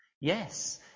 Yes